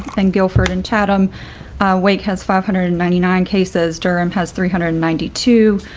and guilford and chatham lake has five hundred and ninety nine cases durham has three hundred and ninety two.